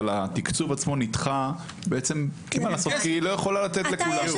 התקצוב נדחה כי היא לא יכולה לתת לכולם.